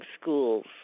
schools